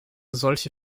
solche